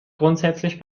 grundsätzlich